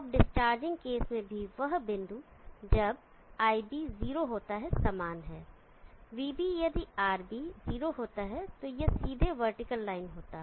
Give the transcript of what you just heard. तो अब discharging case में भी वह बिंदु जब iB 0 होता है समान है vB यदि RB 0 होता तो यह सीधे वर्टिकल लाइन होता